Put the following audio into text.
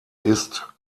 ist